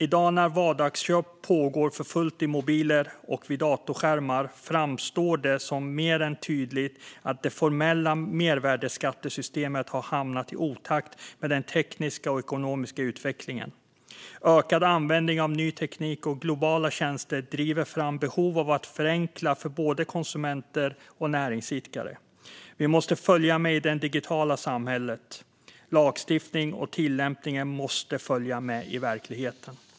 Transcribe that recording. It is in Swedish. I dag när vardagsköp pågår för fullt i mobiler och vid datorskärmar framstår det mer än tydligt att det formella mervärdesskattesystemet har hamnat i otakt med den tekniska och ekonomiska utvecklingen. Ökad användning av ny teknik och globala tjänster driver fram behov av att förenkla för både konsumenter och näringsidkare. Vi måste följa med i det digitala samhället. Lagstiftningen och tillämpningen måste följa med i verkligheten.